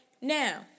Now